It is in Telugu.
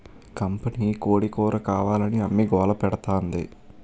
కంపినీకోడీ కూరకావాలని అమ్మి గోలపెడతాంది